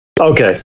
Okay